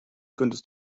könntest